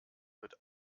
wird